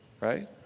right